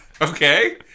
Okay